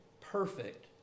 perfect